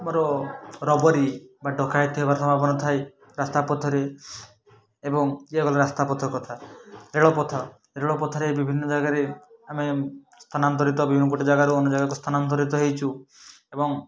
ଆମର ରବରୀ ବା ଡ଼କାୟତି ହେବାର ସମ୍ଭାବନା ଥାଏ ରାସ୍ତା ପଥରେ ଏବଂ ଏ ଗଲା ରାସ୍ତାପଥ କଥା ରେଳପଥ ରେଳପଥରେ ବିଭିନ୍ନ ଜାଗାରେ ଆମେ ସ୍ଥାନାନ୍ତରିତ ବିଭିନ୍ନ ଗୋଟେ ଜାଗାରୁ ଅନ୍ୟ ଜାଗାକୁ ସ୍ଥାନାନ୍ତରିତ ହେଇଛୁ ଏବଂ